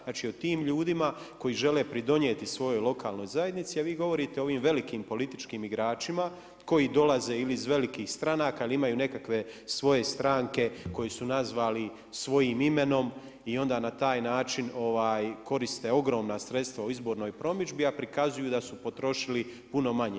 Znači o tim ljudima koji žele pridonijeti svojoj lokalnoj zajednici, a vi govorite o ovim velikim političkim igračima koji dolaze ili iz velikih stranaka ili imaju nekakve svoje stranke koje su nazvali svojim imenom i onda na taj način koriste ogromna sredstva u izbornoj promidžbi, a prikazuju da su potrošili puno manje.